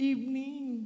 Evening